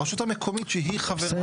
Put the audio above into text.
הרשות המקומית שהיא חברה בוועדה המרחבית.